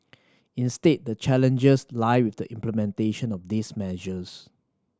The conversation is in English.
instead the challenges lie with the implementation of these measures